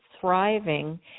thriving